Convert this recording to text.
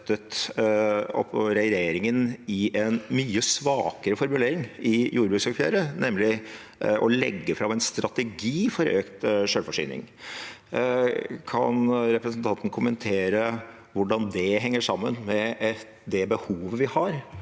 i en mye svakere formulering i jordbruksoppgjøret, nemlig å legge fram en strategi for økt selvforsyning. Kan representanten kommentere hvordan det henger sammen med det behovet vi har